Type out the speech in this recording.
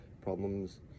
problems